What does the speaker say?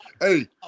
Hey